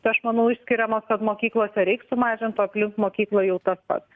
aš manau išskiriama kad mokyklose reik sumažint o aplink mokyklą jau tas pats